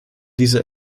diese